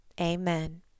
Amen